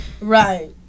Right